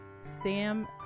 Sam